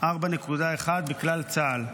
4.1% בכלל צה"ל.